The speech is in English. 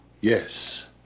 Yes